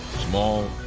small.